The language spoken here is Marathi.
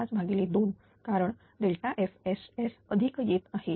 02352 कारण FSS अधिक येत आहे